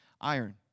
iron